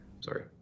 Sorry